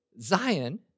Zion